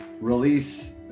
release